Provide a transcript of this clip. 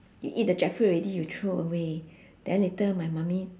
you eat the jackfruit already you throw away then later my mummy